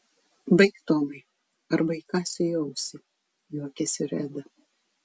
baik tomai arba įkąsiu į ausį juokėsi reda